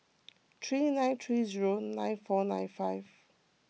three nine three zero nine four nine five